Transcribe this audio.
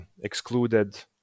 excluded